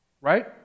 right